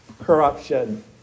corruption